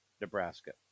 Nebraska